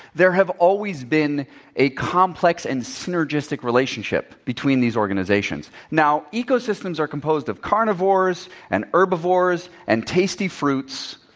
there have always been a complex and synergistic relationship between those organizations. now, ecosystems are composed of carnivores and herbivores and tasty fruits.